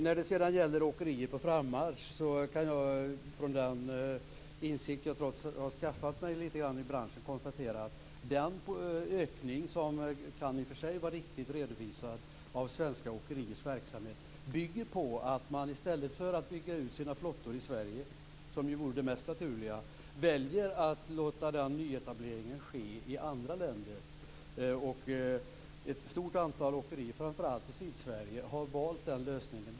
När det sedan gäller åkerier på frammarsch kan jag, utifrån den insikt jag trots allt har skaffat mig i branschen, konstatera att den ökning av svenska åkeriers verksamhet som i och för sig kan vara riktigt redovisad bygger på att man i stället för att bygga ut sina flottor i Sverige, som ju vore det mest naturliga, väljer att låta den nyetableringen ske i andra länder. Ett stort antal åkerier, framför allt i Sydsverige, har valt den lösningen.